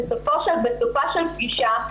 בסופה של פגישה,